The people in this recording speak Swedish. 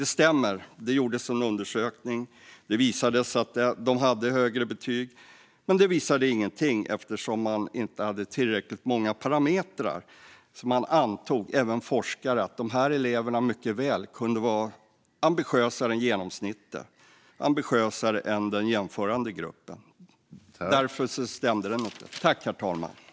Det stämmer att det gjordes en undersökning där det visades att de hade högre betyg. Detta visade dock egentligen ingenting eftersom man inte hade tillräckligt många parametrar. Man antog - även forskare - att dessa elever mycket väl kunde vara ambitiösare än genomsnittet och ambitiösare än den grupp som de jämfördes med. Därför stämde inte undersökningen.